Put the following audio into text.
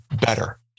better